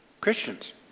Christians